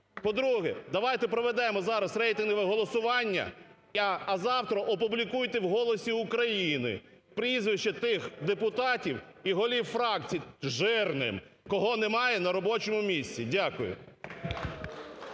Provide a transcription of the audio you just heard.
По-друге, давайте проведемо зараз рейтингове голосування, а завтра опублікуйте в "Голосі України" прізвища тих депутатів і голів фракцій, жирним, кого немає на робочому місця. Дякую.